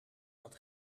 dat